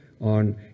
on